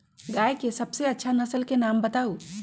गाय के सबसे अच्छा नसल के नाम बताऊ?